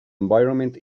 environment